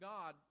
God